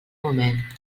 moment